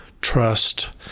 trust